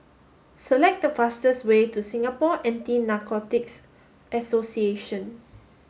select the fastest way to Singapore Anti Narcotics Association